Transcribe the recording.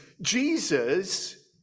Jesus